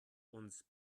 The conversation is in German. uns